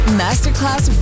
masterclass